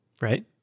Right